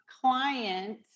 client